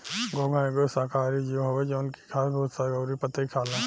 घोंघा एगो शाकाहारी जीव हवे जवन की घास भूसा अउरी पतइ खाला